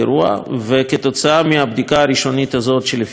בעקבות הבדיקה הראשונית הזאת לפי הנחייתנו,